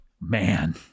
Man